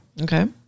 Okay